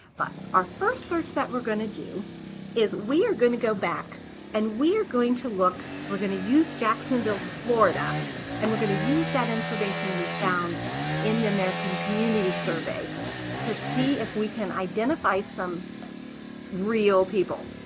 but our first search that we're going to do is we are going to go back and we're going to look. we're going to use jacksonville, florida and we're going to use that information we found in the american community survey to see if we can identify some real people.